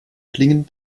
klingen